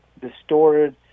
distorted